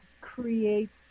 creates